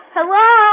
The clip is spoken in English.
Hello